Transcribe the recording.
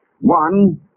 One